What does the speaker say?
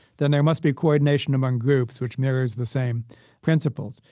then there must be coordination among groups which mirrors the same principles.